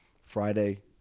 Friday